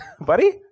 Buddy